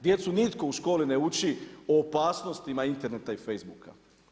Djecu nitko u školi ne uči o opasnosti interneta i Facebooka.